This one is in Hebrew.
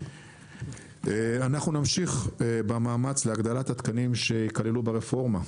אנחנו נמשיך במאמץ להגדלת התקנים שייכללו ברפורמה.